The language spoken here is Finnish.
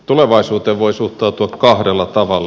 tulevaisuuteen voi suhtautua kahdella tavalla